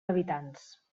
habitants